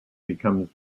becomes